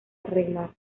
arreglar